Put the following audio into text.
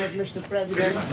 mr. president,